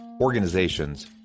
organizations